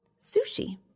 sushi